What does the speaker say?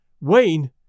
Wayne